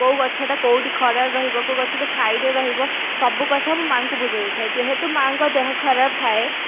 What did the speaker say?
କେଉଁ ଗଛଟା କେଉଁଠି ଖରାରେ ରହିବ କେଉଁ ଗଛଟା ଛାଇରେ ରହିବ ସବୁ କଥା ମୁଁ ମା'ଙ୍କୁ ବୁଝେଇଦେଇଥାଏ ଯେହେତୁ ମା'ଙ୍କ ଦେହ ଖରାପ ଥାଏ